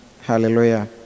Hallelujah